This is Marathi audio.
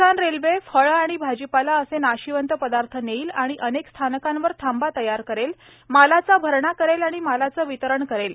किसान रेल्वे फळं आणि भाजीपाला असे नाशिवंत पदार्थ नेईल आणि अनेक स्थानकांवर थांबा तयार करेल मलाचा भरणा करेल आणि मालाचे वितरित करेल